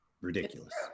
ridiculous